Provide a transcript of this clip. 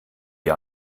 ihr